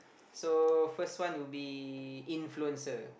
so first one would be influencer